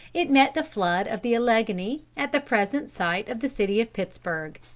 it met the flood of the alleghany, at the present site of the city of pittsburg.